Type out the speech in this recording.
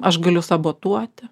aš galiu sabotuoti